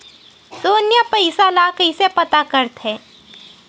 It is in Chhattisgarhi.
शून्य पईसा ला कइसे पता करथे?